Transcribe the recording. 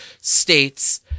states